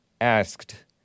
asked